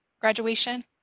graduation